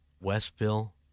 Westville